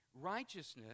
Righteousness